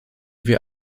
wir